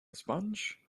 sponge